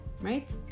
Right